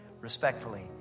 Respectfully